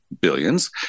billions